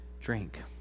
drink